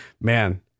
man